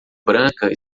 branca